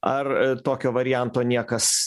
ar tokio varianto niekas